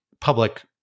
public